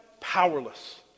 powerless